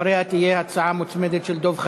אחריה תהיה הצעה מוצמדת של דב חנין,